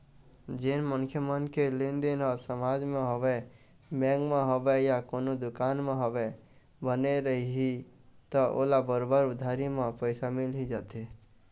जेन मनखे मन के लेनदेन ह समाज म होवय, बेंक म होवय या कोनो दुकान म होवय, बने रइही त ओला बरोबर उधारी म पइसा मिल ही जाथे